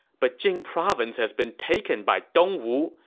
but jing province has been taken by dongwu,